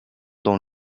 dans